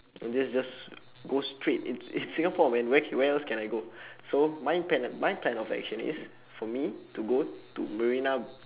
and just just go straight in in singapore when where where else can I go so my plan my plan of action is for me to go to marina